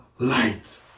light